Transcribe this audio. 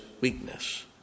weakness